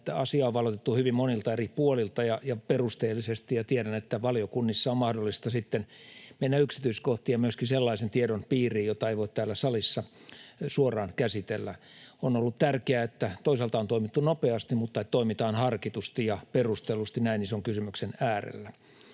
Asiaa on valotettu hyvin monilta eri puolilta ja perusteellisesti, ja tiedän, että valiokunnissa on mahdollista sitten mennä yksityiskohtiin ja myöskin sellaisen tiedon piiriin, jota ei voi täällä salissa suoraan käsitellä. On ollut tärkeää, että toisaalta on toimittu nopeasti mutta toimitaan myös harkitusti ja perustellusti näin ison kysymyksen äärellä.